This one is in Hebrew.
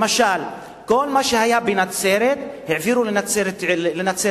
למשל, כל מה שהיה בנצרת העבירו לנצרת-עילית.